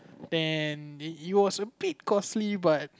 then eh it was a bit costly but